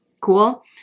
Cool